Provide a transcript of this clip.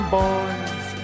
boys